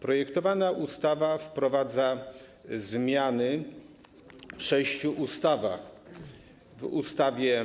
Projektowana ustawa wprowadza zmiany w sześciu ustawach: w ustawie -